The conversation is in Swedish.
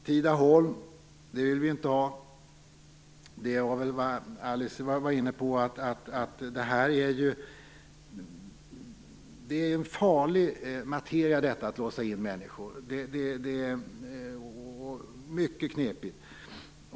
Tidaholm vill vi inte ha. Alice Åström var inne på detta. Det här med att låsa in människor är en farlig materia och mycket knepigt.